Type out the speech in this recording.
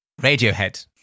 Radiohead